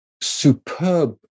superb